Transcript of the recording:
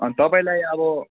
अनि तपाईँलाई अब